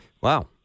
Wow